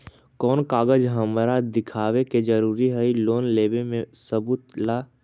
कौन कागज हमरा दिखावे के जरूरी हई लोन लेवे में सबूत ला?